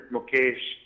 Mukesh